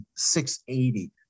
680